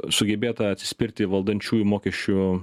sugebėta atsispirti valdančiųjų mokesčių